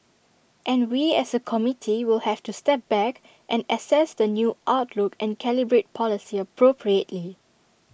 and we as A committee will have to step back and assess the new outlook and calibrate policy appropriately